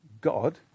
God